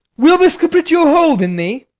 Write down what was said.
will this capriccio hold in thee,